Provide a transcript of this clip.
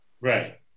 Right